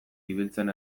ibiltzen